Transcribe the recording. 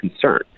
concern